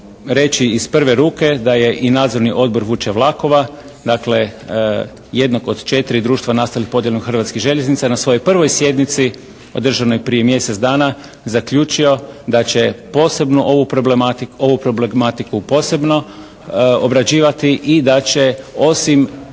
reći iz prve ruke da je i Nadzorni odbor vuče vlakova, dakle jedno od 4 društva nastalih podjelom Hrvatskih željeznica na svojoj prvoj sjednici održanoj prije mjesec dana zaključio da posebno ovu problematiku posebno obrađivati i da će osim